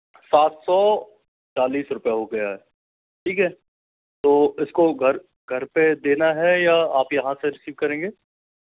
सात सौ चालीस रुपए हो गया ठीक है तो इसको घर घर पर देना हैं या आप यहाँ से रिसीव करेंगे